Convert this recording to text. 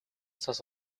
цас